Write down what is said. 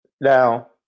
now